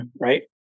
Right